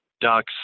ducks